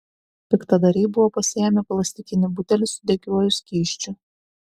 piktadariai buvo pasiėmę plastikinį butelį su degiuoju skysčiu